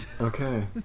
Okay